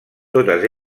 totes